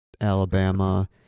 Alabama